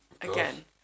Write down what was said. again